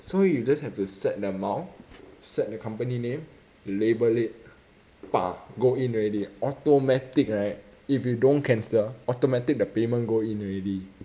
so you just have to set the amount set the company name label it go in already automatic right if you don't cancel automatic the payment go in already